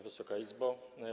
Wysoka Izbo!